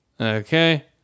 Okay